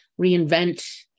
reinvent